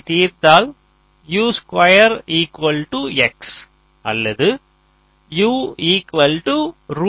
இதை தீர்த்தால் அல்லது கிடைக்கும்